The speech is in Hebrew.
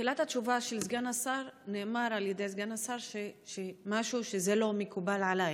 בתחילת התשובה של סגן השר נאמר על ידי סגן השר על משהו: לא מקובל עליי,